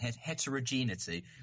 heterogeneity